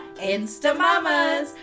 InstaMamas